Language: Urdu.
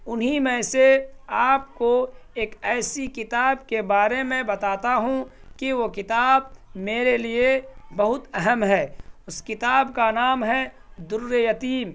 انہیں میں سے آپ کو ایک ایسی کتاب کے بارے میں بتاتا ہوں کہ وہ کتاب میرے لیے بہت اہم ہے اس کتاب کا نام ہے در یتیم